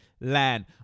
land